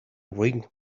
ring